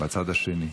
בצד השני.